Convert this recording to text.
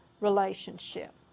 relationship